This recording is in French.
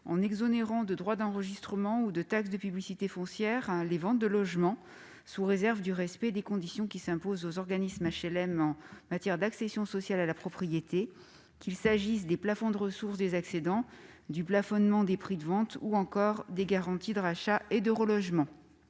en exonérant de droits d'enregistrement ou de taxe de publicité foncière les ventes de logements, sous réserve du respect des conditions qui s'imposent aux organismes d'habitation à loyer modéré (HLM) en matière d'accession sociale à la propriété, qu'il s'agisse des plafonds de ressources des accédants, du plafonnement des prix de vente ou encore des garanties de rachat et de relogement.